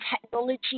technology